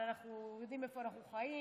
אבל אנחנו יודעים איפה אנחנו חיים